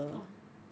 oh